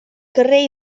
carrer